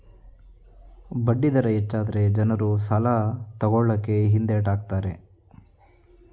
ಬಡ್ಡಿ ದರ ಹೆಚ್ಚಾದರೆ ಜನರು ಸಾಲ ತಕೊಳ್ಳಕೆ ಹಿಂದೆಟ್ ಹಾಕ್ತರೆ